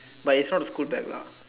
but it's not school bag lah